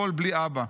הכול בלי אבא.